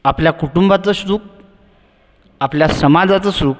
आपल्या कुटुंबाचं सुख आपल्या समाजाचं सुख